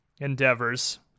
endeavors